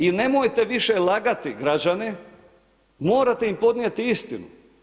I nemojte više lagati građane, morate im podnijeti istinu.